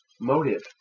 motive